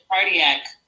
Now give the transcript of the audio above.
cardiac